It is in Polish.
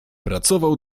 pracował